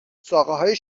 ساقههای